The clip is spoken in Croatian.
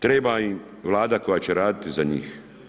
Treba im Vlada koja će raditi za njih.